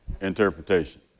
interpretation